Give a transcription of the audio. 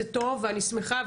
זה טוב ואני שמחה,